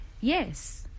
Yes